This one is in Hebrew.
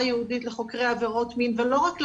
ייעודית לחוקרי עבירות מין ולא רק להם,